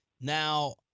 Now